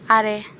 ᱟᱨᱮ